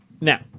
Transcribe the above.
Now